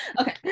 Okay